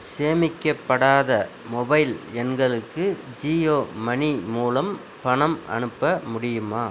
சேமிக்கப்படாத mobile எண்களுக்கு ஜியோமணி மூலம் பணம் அனுப்ப முடியுமா